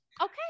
Okay